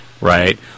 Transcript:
right